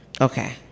Okay